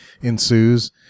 ensues